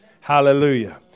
Hallelujah